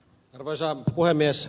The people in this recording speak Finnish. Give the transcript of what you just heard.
arvoisa puhemies